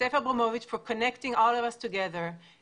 ליוסף אברמוביץ שקישר בין כולנו וליושבת-ראש